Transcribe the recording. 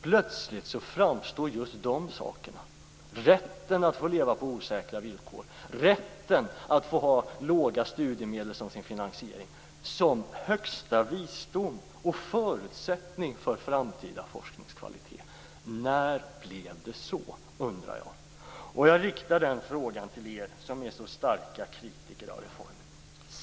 Plötsligt framstår just det, rätten att få leva på osäkra villkor och att få ha låga studiemedel som sin finansiering, som högsta visdom och som en förutsättning för framtida forskningskvalitet. När blev det så? Jag riktar den frågan till er som är så starka kritiker av reformen.